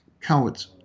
cowards